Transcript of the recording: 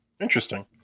Interesting